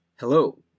Hello